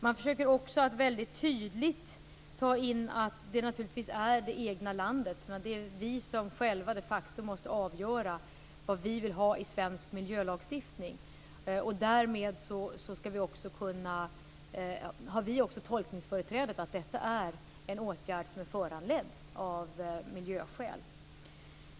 Man försöker också väldigt tydligt ta in att det naturligtvis är det egna landet, vi själva, som måste avgöra vad vi vill ha i en svensk miljölagstiftning. Därmed har vi också ett tolkningsföreträde för att säga att det är en åtgärd som är föranledd av miljöhänsyn.